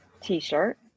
t-shirt